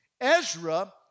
Ezra